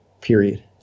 period